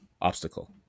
obstacle